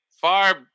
far